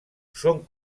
són